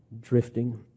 drifting